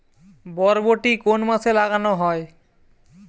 বরবটি কোন মাসে লাগানো হয়?